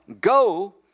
go